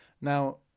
Now